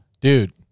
Dude